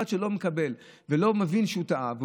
אחד שלא מקבל ולא מבין שהוא טעה,